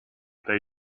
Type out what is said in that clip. they